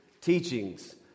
teachings